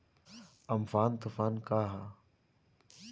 Amphan तुफान का ह?